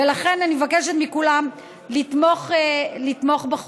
ולכן, אני מבקשת מכולם לתמוך בחוק.